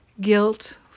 guilt